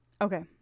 Okay